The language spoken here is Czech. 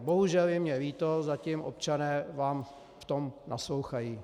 Bohužel je mi líto, zatím občané vám v tom naslouchají.